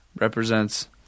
represents